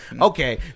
okay